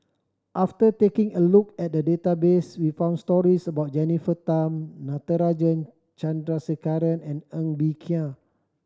after taking a look at the database we found stories about Jennifer Tham Natarajan Chandrasekaran and Ng Bee Kia